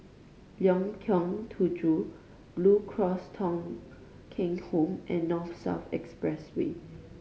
Lengkong Tujuh Blue Cross Thong Kheng Home and North South Expressway